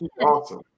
awesome